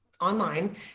online